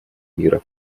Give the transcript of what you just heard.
мира